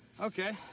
Okay